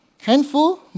Handful